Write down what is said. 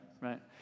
right